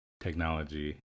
technology